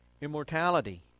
immortality